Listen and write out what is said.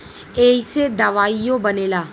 ऐइसे दवाइयो बनेला